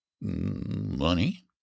money